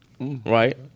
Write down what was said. Right